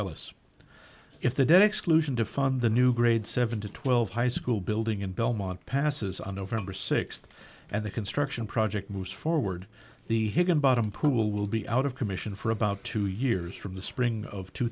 ellis if the debt exclusion to fund the new grade seven to twelve high school building in belmont passes on november th and the construction project moves forward the higginbottom pool will be out of commission for about two years from the spring of two